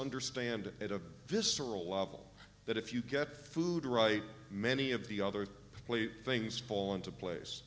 understand at a visceral level that if you get food right many of the other things fall into place